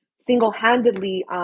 single-handedly